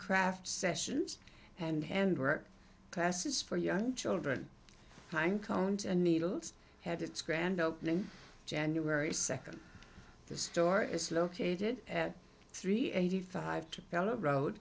craft sessions and work classes for young children time cones and needles had its grand opening january second the store is located at three eighty five